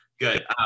good